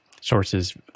Sources